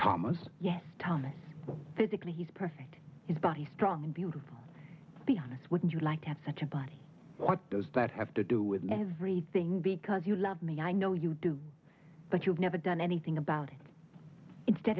thomas yes thomas physically he's perfect his body strong and beautiful behind us wouldn't you like to have such a body what does that have to do with everything because you love me i know you do but you've never done anything about it instead